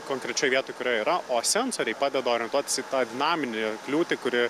konkrečioj vietoj kurioj yra o sensoriai padeda orientuotis į tą dinaminį kliūtį kuri